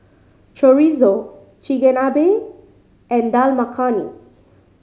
Chorizo Chigenabe and Dal Makhani